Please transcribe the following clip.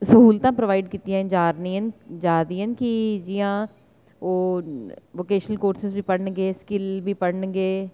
सूह्लता provide कीतियां जा दियां कि ओह् वोकेशनल कोर्सेज़ बी पढ़न गे ते स्किल कोर्सीज बी पढ़न गे